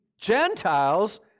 Gentiles